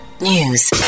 News